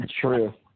true